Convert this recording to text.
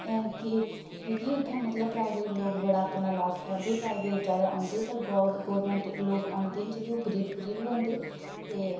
कि के उ'त्थें मतलब प्राइवेट लोक बड़ा अपना लाज करांदे प्राइवेट जादा आंदे पर गौरमेंट लोक औंदे जेह्के ओह् गरीब गरीब गै होंदे ते